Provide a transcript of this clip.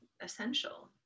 essential